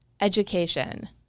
education